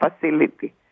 facility